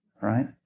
right